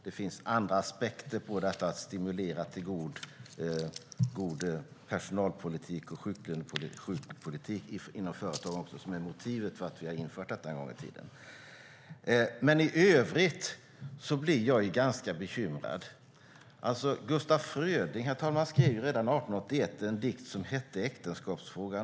Det finns andra aspekter på att stimulera till god personalpolitik och sjuklönepolitik inom företagen som är motivet för att vi har infört detta en gång i tiden. I övrigt blir jag ganska bekymrad. Herr talman! Gustav Fröding skrev redan 1881 en dikt som heter Äktenskapsfrågan .